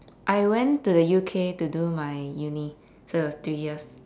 I went to the U_K to do my uni so it was three years